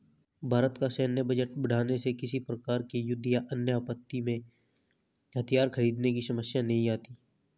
भारत का सैन्य बजट बढ़ाने से किसी प्रकार के युद्ध या अन्य आपत्ति में हथियार खरीदने की समस्या नहीं आती